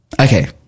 Okay